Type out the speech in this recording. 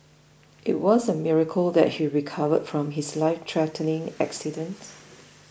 it was a miracle that he recovered from his life threatening accident